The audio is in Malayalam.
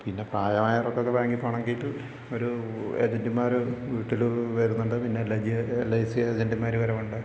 പിന്നെ പ്രായമായവർക്കൊക്കെ ബാങ്കി പോണെങ്കിൽ ഒരു ഏജൻറ്മാർ വീട്ടിൽ വരുന്നുണ്ട് പിന്നെ L I G L I C ഏജൻറ്മാർ വരവുണ്ട്